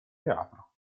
teatro